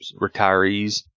retirees